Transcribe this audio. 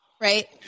Right